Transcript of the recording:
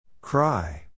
Cry